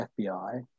FBI